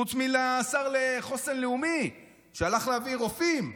חוץ מלשר לחוסן הלאומי, שהלך להביא רופאים,